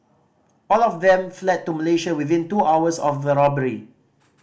all of them fled to Malaysia within two hours of the robbery